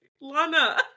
Lana